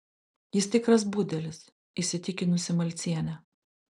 jis tikras budelis įsitikinusi malcienė